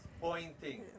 pointing